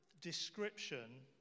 description